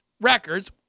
records